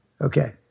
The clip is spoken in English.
Okay